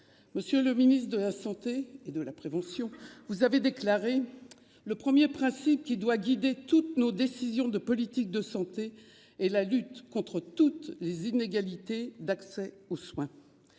Monsieur le ministre de la Santé et de la prévention. Vous avez déclaré le premier principe qui doit guider toutes nos décisions de politique de santé et la lutte contre toutes les inégalités d'accès aux soins.